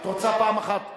לי אין, את רוצה פעם אחת.